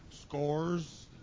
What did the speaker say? Scores